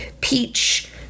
peach